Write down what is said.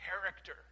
character